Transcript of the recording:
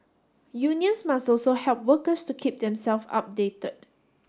unions must also help workers to keep them self updated